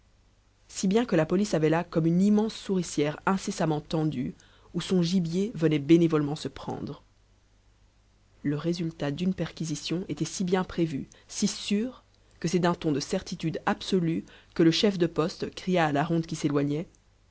si bien que la police avait là comme une immense souricière incessamment tendue où son gibier venait bénévolement se prendre le résultat d'une perquisition était si bien prévu si sûr que c'est d'un ton de certitude absolue que le chef de poste cria à la ronde qui s'éloignait